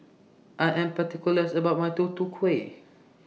I Am particulars about My Tutu Kueh